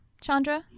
Chandra